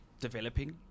developing